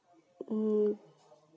ᱤᱧᱟᱹᱜ